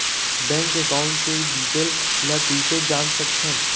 Bank account के detail ल कइसे जान सकथन?